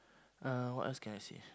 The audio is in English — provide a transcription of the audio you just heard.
uh what else can I say